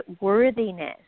worthiness